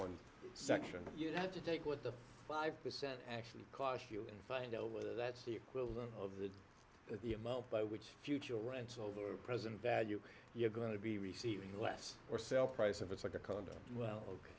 one section you have to take with the five percent actually cost you and find out whether that's the equivalent of that the amount by which future rental of the present value you're going to be receiving less or sale price of it's like a condo well ok